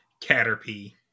Caterpie